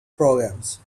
programs